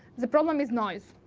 the problem is noise.